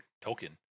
token